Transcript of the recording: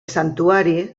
santuari